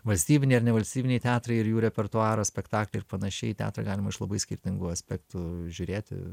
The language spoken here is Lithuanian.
valstybiniai ar nevalstybiniai teatrai ir jų repertuaras spektakliai ir panašiai teatrą galima iš labai skirtingų aspektų žiūrėti